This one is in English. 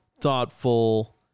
thoughtful